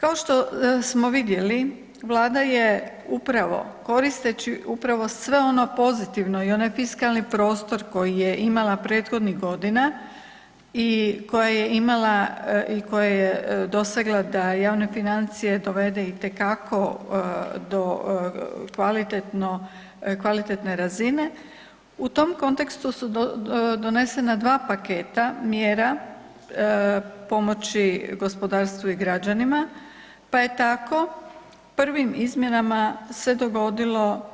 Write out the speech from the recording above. Kao što smo vidjeli, Vlada je upravo koristeći sve ono pozitivno i onaj fiskalni prostor koji je imala prethodnih godina i koja je dosegla da i one financije dovede itekako kvalitetne razine u tom kontekstu su donesena dva paketa mjera pomoći gospodarstvu i građanima, pa je tako prvim izmjenama se dogodilo